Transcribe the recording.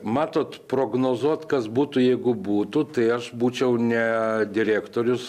matot prognozuot kas būtų jeigu būtų tai aš būčiau ne direktorius